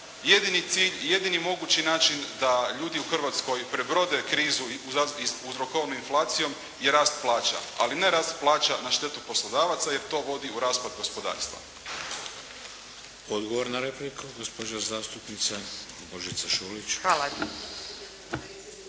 Jedini cilj, jedini mogući način da ljudi u Hrvatskoj prebrode krizu uzrokovanu inflacijom je rast plaća, ali ne rast plaća na štetu poslodavaca, jer to vodi u raspad gospodarstva. **Šeks, Vladimir (HDZ)** Odgovor na repliku gospođa zastupnica Božica Šolić.